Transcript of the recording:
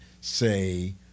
say